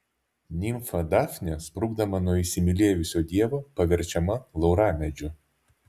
nimfa dafnė sprukdama nuo įsimylėjusio dievo paverčiama lauramedžiu